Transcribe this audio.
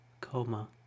coma